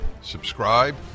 Subscribe